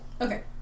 Okay